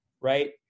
Right